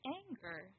anger